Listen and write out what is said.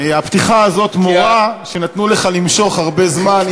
הפתיחה הזאת מורה שנתנו לך למשוך הרבה זמן.